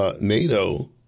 NATO